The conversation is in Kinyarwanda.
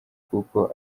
kuko